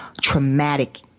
traumatic